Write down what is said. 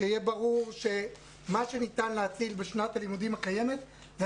שיהיה ברור שמה שניתן להציל בשנת הלימודים הקיימת זה